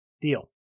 Deal